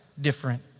different